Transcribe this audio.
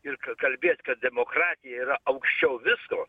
ir k kalbėt kad demokratija yra aukščiau visko